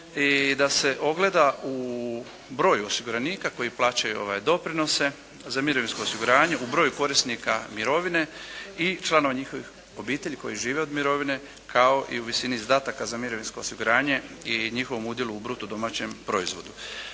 i da se ogleda u broju osiguranika koji plaćaju ove doprinose za mirovinsko osiguranje, u broju korisnika mirovine i članova njihovih obitelji koji žive od mirovine kao i u visini izdataka za mirovinsko osiguranje i njihovom udjelu u bruto domaćem proizvodu.